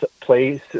place